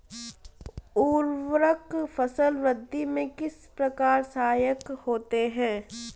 उर्वरक फसल वृद्धि में किस प्रकार सहायक होते हैं?